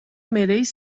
mereix